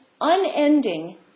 unending